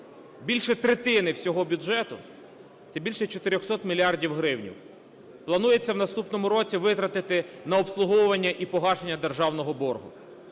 більше третини всього бюджету – це більше 400 мільярдів гривень – планується в наступному році витратити на обслуговування і погашення державного боргу.